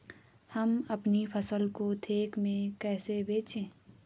हम अपनी फसल को थोक में कैसे बेचें?